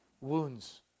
wounds